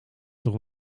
toch